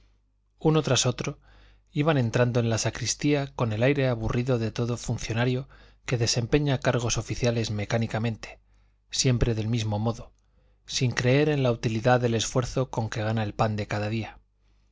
uno tras otro iban entrando en la sacristía con el aire aburrido de todo funcionario que desempeña cargos oficiales mecánicamente siempre del mismo modo sin creer en la utilidad del esfuerzo con que gana el pan de cada día